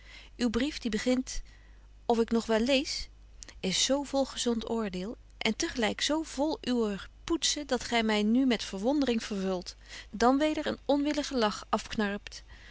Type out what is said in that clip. uw brief die begint of ik nog wel lees is zo vol gezont oordeel en te gelyk zo vol uwer poetzen dat gy my nu met verwondering vervult dan weder een onwilligen lach afknarpt